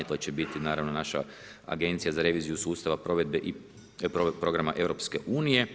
To će biti naravno naša Agencija za reviziju sustava provedbe i programa EU.